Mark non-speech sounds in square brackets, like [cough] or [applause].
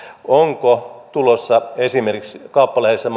onko tulossa esimerkiksi kauppalehdessä [unintelligible]